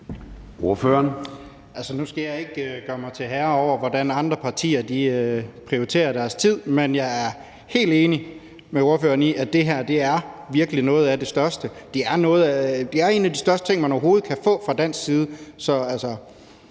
nu skal jeg ikke gøre mig til herre over, hvordan andre partier prioriterer deres tid, men jeg er helt enig med spørgeren i, at det her virkelig er noget af det største. Det er en af de største ting, man overhovedet kan få fra dansk side,